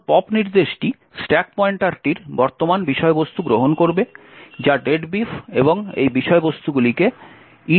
এখন পপ নির্দেশটি স্ট্যাক পয়েন্টারটির বর্তমান বিষয়বস্তু গ্রহণ করবে যা deadbeef এবং এই বিষয়বস্তুগুলিকে edx রেজিস্টারে লোড করবে